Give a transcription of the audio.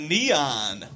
Neon